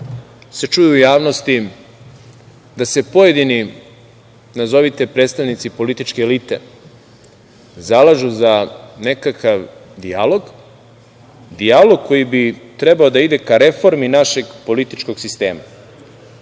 se čuje u javnosti da se pojedini nazovite predstavnici političke elite zalažu za nekakav dijalog, dijalog koji bi trebao da ide ka reformi našeg političkog sistema.